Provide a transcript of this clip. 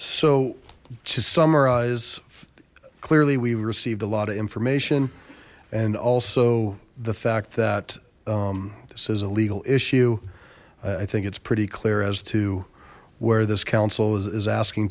so to summarize clearly we've received a lot of information and also the fact that this is a legal issue i think it's pretty clear as to where this council is asking